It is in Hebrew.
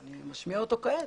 אני משמיע אותו כעת.